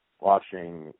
watching